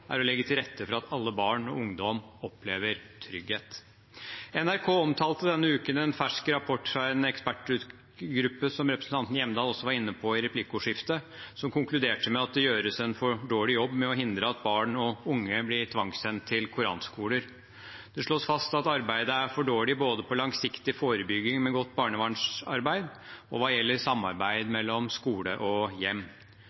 er å legge til rette for at alle barn og ungdom opplever trygghet. NRK omtalte denne uken en fersk rapport fra en ekspertgruppe – som representanten Hjemdal også var inne på i replikkordskiftet – som konkluderte med at det gjøres en for dårlig jobb med å hindre at barn og unge blir tvangssendt til koranskoler. Det slås fast at arbeidet er for dårlig både på langsiktig forebygging med godt barnevernsarbeid og hva gjelder samarbeid mellom skole og hjem.